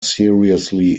seriously